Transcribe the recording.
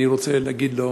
אני רוצה להגיד לו,